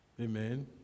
Amen